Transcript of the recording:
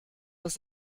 das